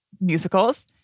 musicals